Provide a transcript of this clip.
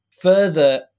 further